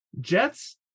Jets